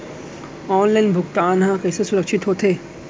Online भुगतान हा कइसे सुरक्षित होथे?